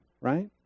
right